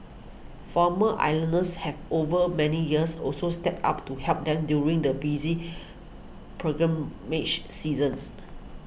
former islanders have over many years also stepped up to help them during the busy pilgrimage season